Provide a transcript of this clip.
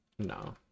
No